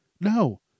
No